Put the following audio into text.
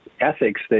ethics